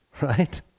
Right